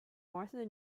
martha